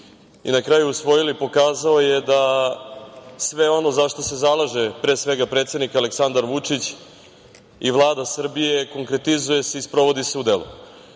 i na kraju usvojili pokazao je da sve ono za šta se zalaže, pre svega predsednik Aleksandar Vučić i Vlada Srbije, konkretizuje se i sprovodi se u